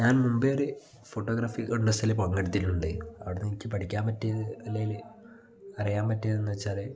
ഞാൻ മുമ്പേ ഒരു ഫോട്ടോഗ്രാഫി കോണ്ടെസ്റ്റിൽ പങ്കെടുത്തിട്ടുണ്ട് അവിടെ നിന്ന് എനിക്ക് പഠിക്കാൻ പറ്റിയത് അല്ലെങ്കിൽ അറിയാൻ പറ്റിയതെന്നു വെച്ചാൽ